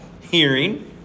hearing